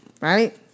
right